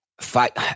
fight